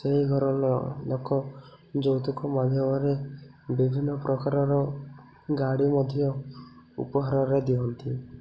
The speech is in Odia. ସେହି ଘରର ଲୋକ ଯୌତୁକ ମାଧ୍ୟମରେ ବିଭିନ୍ନ ପ୍ରକାରର ଗାଡ଼ି ମଧ୍ୟ ଉପହାରରେ ଦିଅନ୍ତି